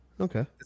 Okay